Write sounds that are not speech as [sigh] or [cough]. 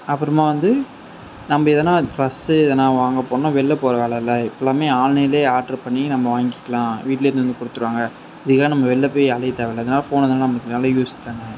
அப்புறமா வந்து நம்ம எதுனா ஃபர்ஸ்சு எதுனா வாங்க போனால் வெளில போகிற வேலை இல்லை எல்லாமே ஆன்லைனில் ஆர்ட்ரு பண்ணி நம்ம வாங்கிக்கலாம் வீட்டிலேயே எடுத்துகிட்டு வந்து கொடுத்துடுவாங்க இது தான் நம்ம வெளில போய் அலைய தேவை இல்லை [unintelligible] ஃபோன் [unintelligible] நமக்கு நல்ல யூஸ் தானே